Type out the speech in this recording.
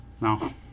No